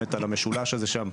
באמת על המשולש הזה שם,